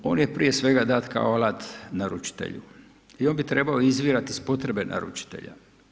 On je prije svega dat kao alat naručitelju i on bi trebao izvirat iz potrebe naručitelja.